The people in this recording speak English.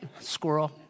squirrel